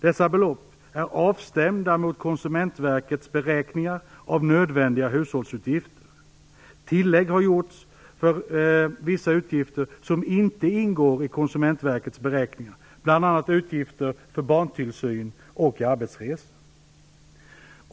Dessa belopp är avstämda mot Konsumentverkets beräkningar av nödvändiga hushållsutgifter. Tillägg har gjorts för vissa utgifter som inte ingår i Konsumentverkets beräkningar, bl.a. utgifter för barntillsyn och arbetsresor.